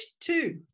Two